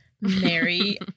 Mary